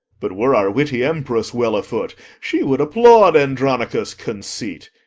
but were our witty empress well afoot, she would applaud andronicus' conceit.